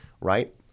right